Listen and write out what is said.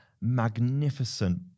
Magnificent